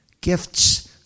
Gifts